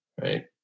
Right